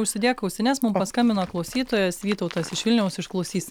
užsidėk ausines mum paskambino klausytojas vytautas iš vilniaus išklausys